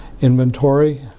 Inventory